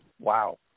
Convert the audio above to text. wow